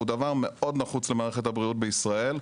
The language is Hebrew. הוא דבר מאוד נחוץ למערכת הבריאות בישראל.